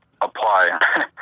apply